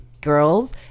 girls